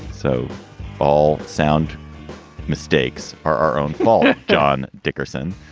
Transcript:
so all sound mistakes are our own fault. john dickerson,